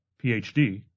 Ph.D